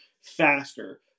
faster